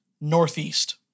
Northeast